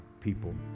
people